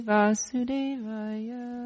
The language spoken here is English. Vasudevaya